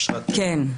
כן.